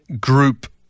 group